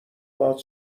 باهات